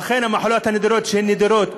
אכן, המחלות הנדירות, שהן נדירות,